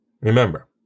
Remember